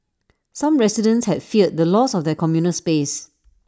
some residents had feared the loss of their communal space